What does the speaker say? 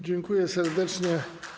Dziękuję serdecznie.